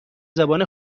زبان